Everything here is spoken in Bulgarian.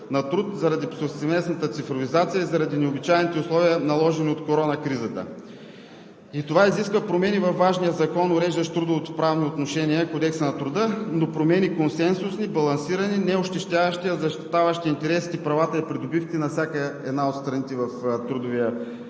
на труд заради повсеместната цифровизация и заради необичайните условия, наложени от коронакризата. Това изисква промени във важния закон, уреждащ трудовоправните отношения – Кодекса на труда, но промени консенсусни, балансирани, не ощетяващи, а защитаващи интересите, правата и придобивките на всяка една от страните в трудовия процес.